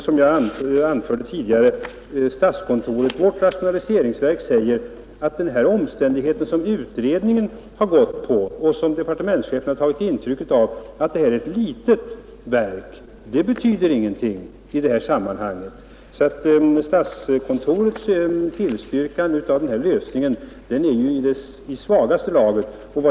Som jag tidigare anförde säger dessutom statskontoret, vårt rationaliseringsverk, att den omständighet som utredningen betonat och som departementschefen tagit intryck av, nämligen att det är ett litet verk, den betyder ingenting i detta sammanhang. Statskontorets tillstyrkan av denna lösning är ju i det svagaste laget.